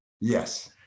Yes